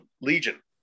Legion